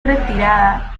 retirada